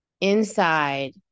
inside